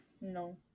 No